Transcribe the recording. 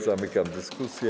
Zamykam dyskusję.